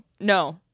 no